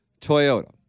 Toyota